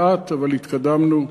לאט, אבל התקדמנו.